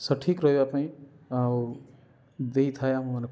ସଠିକ୍ ରହିବାପାଇଁ ଆଉ ଦେଇଥାଏ ଆମମାନଙ୍କୁ